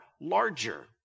larger